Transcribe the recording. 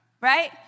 Right